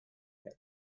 that